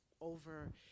over